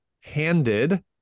handed